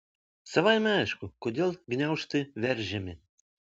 savaime aišku kodėl gniaužtai veržiami